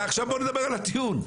עכשיו בוא נדבר על הטיעון.